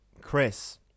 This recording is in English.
chris